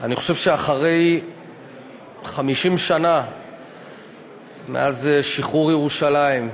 אני חושב שאחרי 50 שנה מאז שחרור ירושלים,